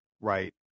Right